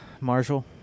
Marshall